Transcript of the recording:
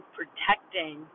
protecting